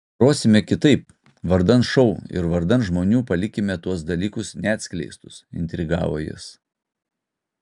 grosime kitaip vardan šou ir vardan žmonių palikime tuos dalykus neatskleistus intrigavo jis